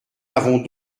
avons